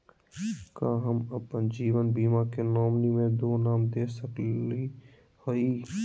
का हम अप्पन जीवन बीमा के नॉमिनी में दो नाम दे सकली हई?